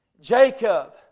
Jacob